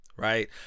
Right